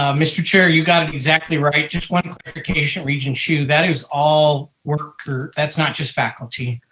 um mr. chair, you got it exactly right. just one clarification, regent hsu. that is all worker. that's not just faculty.